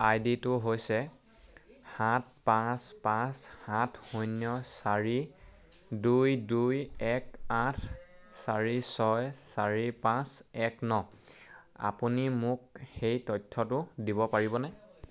আই ডিটো হৈছে সাত পাঁচ পাঁচ সাত শূন্য চাৰি দুই দুই এক আঠ চাৰি ছয় চাৰি পাঁচ এক ন আপুনি মোক সেই তথ্যটো দিব পাৰিবনে